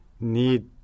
need